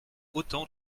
autant